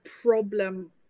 problem